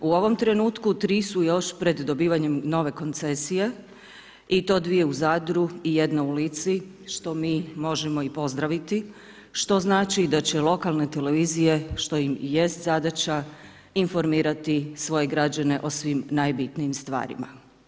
U ovom trenutku 3 su još pred dobivanjem nove koncesije i to 2 u Zadru i 1 u Lici što mi možemo i pozdraviti što znači da će lokalne televizije što im i jest zadaća informirati svoje građane o svim najbitnijim stvarima.